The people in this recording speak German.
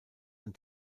ein